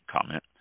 comment